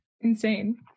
insane